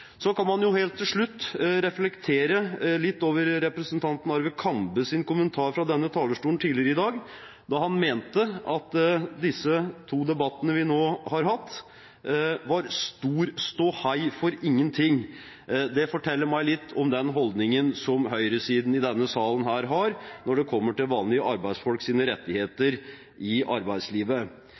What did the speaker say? Så kan man helt til slutt reflektere litt over representanten Arve Kambes kommentar fra denne talerstolen tidligere i dag da han mente at disse to debattene vi nå har hatt, var stor ståhei for ingenting. Det forteller meg litt om den holdningen høyresiden i denne salen har når det kommer til vanlige arbeidsfolks rettigheter i arbeidslivet.